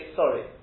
sorry